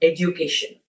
Education